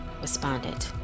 responded